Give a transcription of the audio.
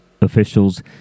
officials